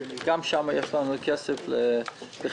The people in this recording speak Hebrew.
גם שם יש לנו כסף לחדש.